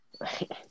right